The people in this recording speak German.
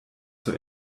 zur